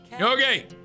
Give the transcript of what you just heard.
Okay